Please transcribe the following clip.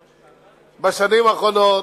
האחרונות,